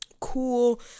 cool